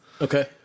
Okay